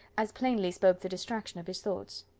as plainly spoke the distraction of his thoughts.